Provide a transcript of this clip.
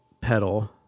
pedal